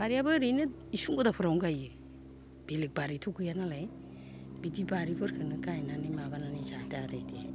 बारियाबो ओरैनो इसुंगुदाफोरावनो गायो बेलेख बारिथ' गैयानालाय बिदि बारिफोरखोनो गायनानै माबानानै जादो आरो इदि